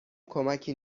کمکی